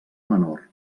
menor